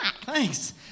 Thanks